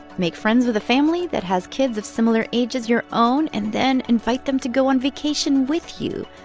make friends with a family that has kids of similar age as your own, and then invite them to go on vacation with you.